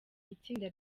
itsinda